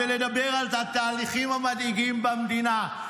"ולדבר על התהליכים המדאיגים" במדינה.